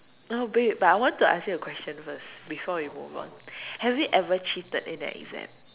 oh babe but I want to ask you a question first before we move on have you ever cheated in an exam